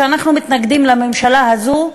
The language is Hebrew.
שאנחנו מתנגדים לממשלה הזאת,